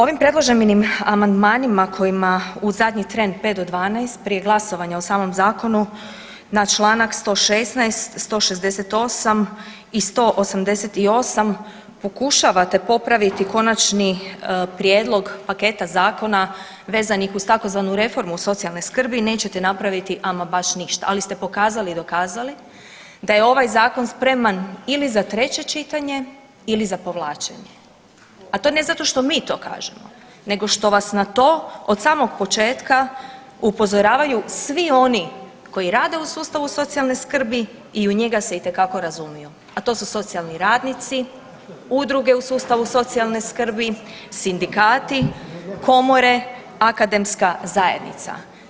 Ovim predloženim amandmanima kojima u zadnji tren 5 do 12 prije glasovanja o samom zakonu na čl. 116., 168. i 188. pokušavate popraviti konačni prijedlog paketa zakona vezanih uz tzv. reformu socijalne skrbi, nećete napraviti ama baš ništa, ali ste pokazali i dokazali da je ovaj zakon spreman ili za 3. čitanje ili za povlačenje, a to ne zato što mi to kažemo nego što vas na to od samog početka upozoravaju svi oni koji rade u sustavu socijalne skrbi i u njega se itekako razumiju, a to su socijalni radnici, udruge u sustavu socijalne skrbi, sindikati, komore, akademska zajednica.